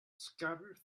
scattered